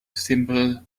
simple